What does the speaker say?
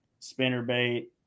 spinnerbait